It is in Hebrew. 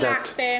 חצי מנדט.